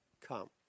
come